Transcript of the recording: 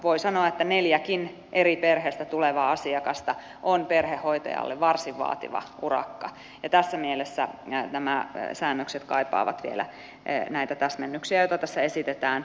voi sanoa että neljäkin eri perheestä tulevaa asiakasta on perhehoitajalle varsin vaativa urakka ja tässä mielessä nämä säännökset kaipaavat vielä näitä täsmennyksiä joita tässä esitetään